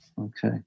Okay